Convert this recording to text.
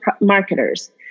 marketers